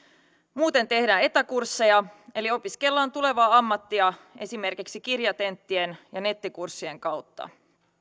muuten tehdään etäkursseja eli opiskellaan tulevaa ammattia esimerkiksi kirjatenttien ja nettikurssien kautta